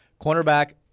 Cornerback